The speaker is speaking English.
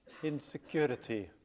insecurity